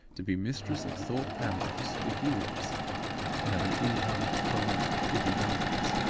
to be mistress of thorpe ambrose, if he lives to have an income for life, if he dies!